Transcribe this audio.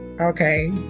okay